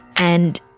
and